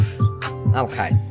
Okay